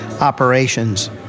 operations